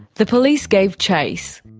the police gave chase.